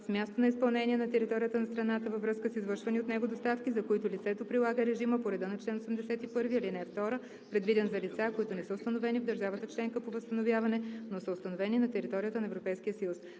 с място на изпълнение на територията на страната във връзка с извършвани от него доставки, за които лицето прилага режима, по реда на чл. 81, ал. 2, предвиден за лица, които не са установени в държавата членка по възстановяване, но са установени на територията на Европейския съюз.